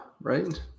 Right